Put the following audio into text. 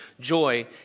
Joy